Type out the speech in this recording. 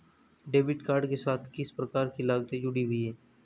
Debit card के साथ किस प्रकार की लागतें जुड़ी हुई हैं?